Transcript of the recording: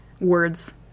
words